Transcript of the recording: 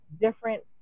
different